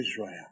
Israel